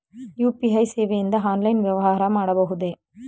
UPI ಸೇವೆಯಿಂದ online ವ್ಯವಹಾರ ಮಾಡಬಹುದೇ?